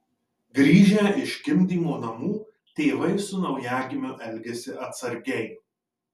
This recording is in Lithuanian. grįžę iš gimdymo namų tėvai su naujagimiu elgiasi atsargiai